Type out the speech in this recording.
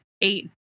eight